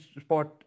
spot